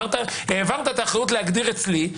העברת את האחריות להגדיר אצלי,